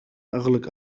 أغلق